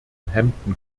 hampton